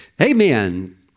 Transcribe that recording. Amen